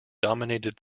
dominated